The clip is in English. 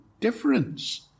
difference